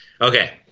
Okay